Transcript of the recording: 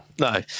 No